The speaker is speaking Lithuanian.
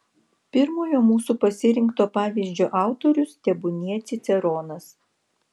pirmojo mūsų pasirinkto pavyzdžio autorius tebūnie ciceronas